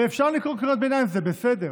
אפשר לקרוא קריאות ביניים, זה בסדר,